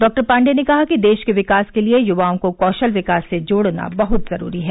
डॉ पाण्डेय ने कहा कि देश के विकास के लिये युवाओं को कौशल विकास से जोड़ना बहुत ज़रूरी है